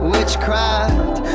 Witchcraft